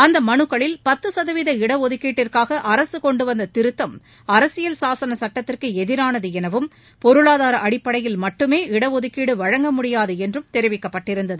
அந்த மலுக்களில் பத்து சதவீத இடஒதுக்கீட்டிற்காக அரசு கொண்டுவந்த திருத்தம் அரசியல் சாசன சுட்டத்திற்கு எதிரானது எனவும் பொருளாதார அடிக்கடையில் மட்டுமே இடஒதுக்கீடு வழங்க முடியாது என்று தெரிவிக்கப்பட்டிருந்தது